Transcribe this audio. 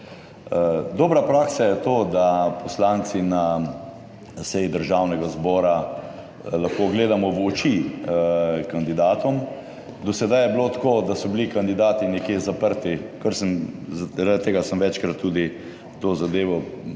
Dobra praksa je to, da poslanci na seji Državnega zbora lahko gledamo v oči kandidatom. Do sedaj je bilo tako, da so bili kandidati nekje zaprti, kar sem, zaradi tega sem večkrat tudi to zadevo